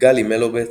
גלי מלובץ,